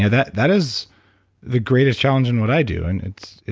yeah that that is the greatest challenge in what i do. and it's